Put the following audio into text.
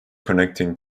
connecting